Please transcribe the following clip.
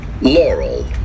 Laurel